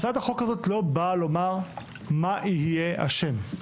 הצעת החוק הזאת לא באה לומר מה יהיה השם,